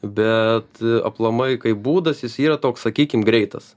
bet aplamai kaip būdas jis yra toks sakykim greitas